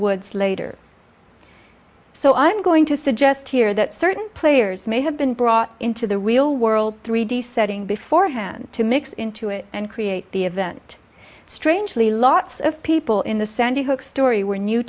woods later so i'm going to suggest here that certain players may have been brought into the real world three d setting beforehand to mix into it and create the event strangely lots of people in the sandy hook story were new